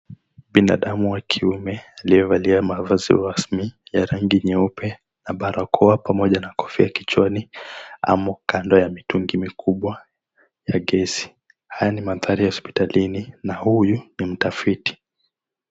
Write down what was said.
Binadamu wa kiume aliyevalia mavazi rasmi ya rangi nyeupe na barakoa pamoja na kofia kichwani amo kando ya mitungi mikubwa ya gesi. Haya ni mandhari ya hospitalini na huyu ni mtafiti.